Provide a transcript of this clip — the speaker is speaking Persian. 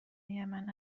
یمن